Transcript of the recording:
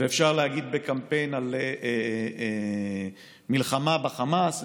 ואפשר להגיד בקמפיין על מלחמה בחמאס,